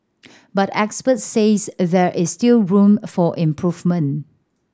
but experts say there is still room for improvement